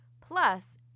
Plus